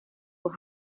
will